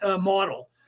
model